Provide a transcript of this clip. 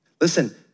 Listen